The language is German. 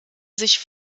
sich